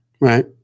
right